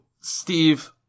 Steve